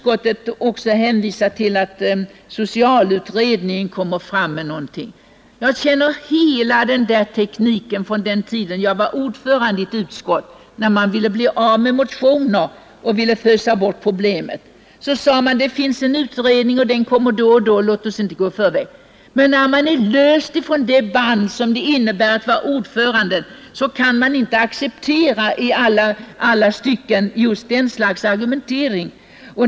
I betänkandet hänvisas till att socialutredningen skall lägga fram ett förslag. Jag känner till den tekniken från den tid då jag var ordförande i ett utskott: när man vill bli av med en motion och fösa bort problemet hänvisar man till en utredning. Man anger när den väntas lägga fram sitt betänkande och säger att den inte bör föregripas. När jag icke längre är utskottsordförande kan jag inte acceptera detta slag av argumentering.